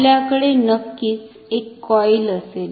आपल्याकडे नक्कीच एक कॉईल असेल